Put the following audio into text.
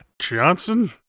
johnson